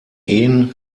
ehen